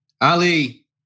Ali